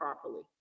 properly